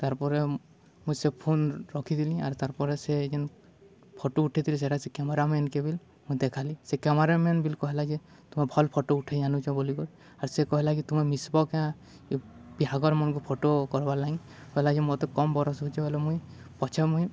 ତାର୍ ପରେ ମୁଇଁ ସେ ଫୋନ୍ ରଖିଥିଲିି ଆର୍ ତାର୍ ପରେ ସେ ଯେନ୍ ଫଟୋ ଉଠାଇଥିଲି ସେଇଟା ସେ କ୍ୟାମେରାମ୍ୟନ୍ କେ ବି ମୁଁ ଦେଖାଲି ସେ କ୍ୟାମେରାମ୍ୟନ୍ ବି କହିଲା ଯେ ତୁମେ ଭଲ ଫଟୋ ଉଠାଇ ଆନୁଛ ବୋଲିରି ଆର୍ ସେ କହିଲା କି ତୁମେ ମିଶିବ କାଁ ବିହାଘର ମନକୁ ଫଟୋ କର୍ବାର୍ ଲାଗି କହିଲା କି ମୋତେ କମ୍ ବରଷ ହେଉଛ ବଲେ ମୁଇଁ ପଛା ମୁଇଁ